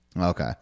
Okay